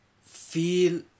feel